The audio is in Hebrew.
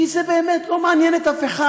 כי זה באמת לא מעניין אף אחד.